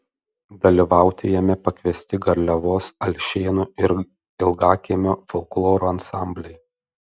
dalyvauti jame pakviesti garliavos alšėnų ir ilgakiemio folkloro ansambliai